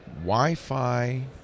wi-fi